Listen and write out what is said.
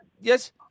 Yes